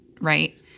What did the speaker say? right